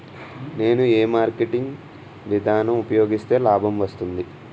నేను ఏ మార్కెటింగ్ విధానం ఉపయోగిస్తే లాభం వస్తుంది?